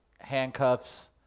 handcuffs